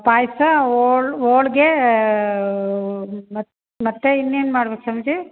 ಪಾಯಸ ಹೋಳ್ ಹೋಳ್ಗೇ ಮತ್ತೆ ಮತ್ತೆ ಇನ್ನೇನು ಮಾಡ್ಬೇಕು ಸ್ವಾಮೀಜಿ